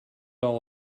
all